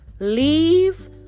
Leave